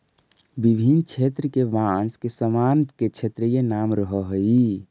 विभिन्न क्षेत्र के बाँस के सामान के क्षेत्रीय नाम रहऽ हइ